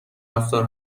رفتار